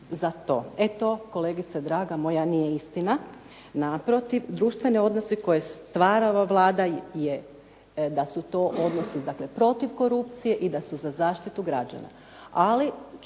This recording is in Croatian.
E to kolegice draga moja nije istina. Naprotiv, društveni odnosi koje stvara ova Vlada je da su to odnosi dakle protiv korupcije i da su za zaštitu građana,